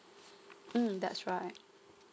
mm that's right